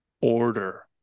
order